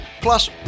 Plus